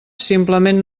simplement